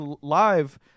live